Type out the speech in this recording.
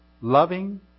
loving